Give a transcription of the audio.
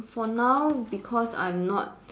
for now because I'm not